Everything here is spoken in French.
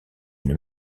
une